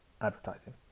Advertising